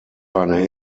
eine